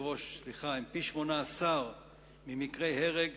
פי-18 ממקרי הרג